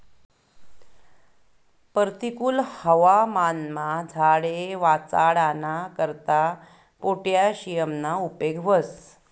परतिकुल हवामानमा झाडे वाचाडाना करता पोटॅशियमना उपेग व्हस